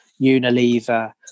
Unilever